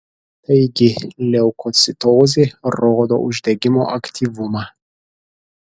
taigi leukocitozė rodo uždegimo aktyvumą